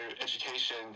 education